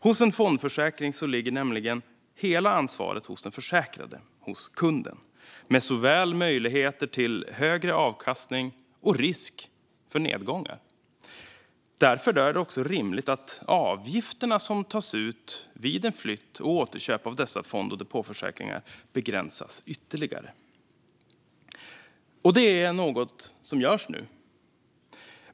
Hos en fondförsäkring ligger hela ansvaret hos den försäkrade, hos kunden, med såväl möjligheter till högre avkastning som risk för nedgångar. Därför är det också rimligt att avgifterna som tas ut vid flytt och återköp av dessa fond och depåförsäkringar begränsas ytterligare. Detta görs nu.